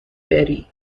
بری